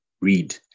read